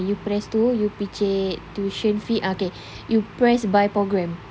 when you press tu you picit tuition fee ah okay you press by programme